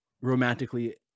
romantically